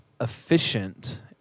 efficient